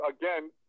again